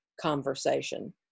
conversation